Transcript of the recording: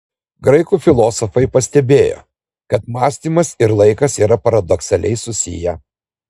graikų filosofai pastebėjo kad mąstymas ir laikas yra paradoksaliai susiję